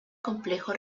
complejo